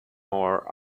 more